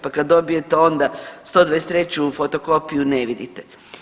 Pa kad dobijete onda 123 fotokopiju ne vidite.